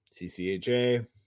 CCHA